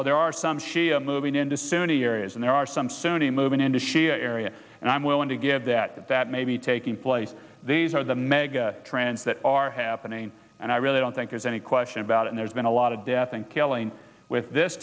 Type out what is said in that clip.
well there are some shia moving into sunni areas and there are some sunni moving into shia area and i'm willing to give that that may be taking place these are the mega trends that are happening and i really don't think there's any question about it there's been a lot of death and killing with this